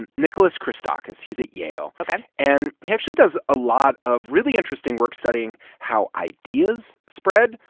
and nicholas christakis. he's at yale ok and he actually does a lot of really interesting work studying how ideas spread,